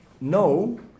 no